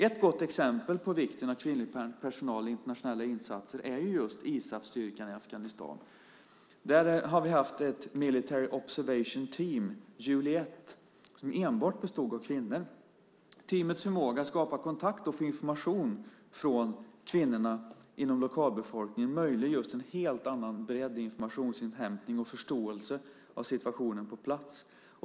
Ett gott exempel på vikten av kvinnlig personal i internationella insatser är just ISAF-styrkan i Afghanistan. Där har vi haft ett military observation team , Juliet, som enbart bestod av kvinnor. Teamets förmåga att skapa kontakt och få information från kvinnorna inom lokalbefolkningen möjliggör en helt annan bredd i informationsinhämtning och förståelse för situationen på plats.